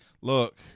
Look